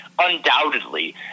Undoubtedly